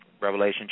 Revelation